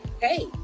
hey